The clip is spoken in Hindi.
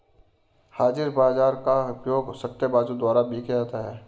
हाजिर बाजार का उपयोग सट्टेबाजों द्वारा भी किया जाता है